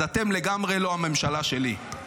אז אתם לגמרי לא הממשלה שלי.